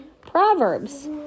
Proverbs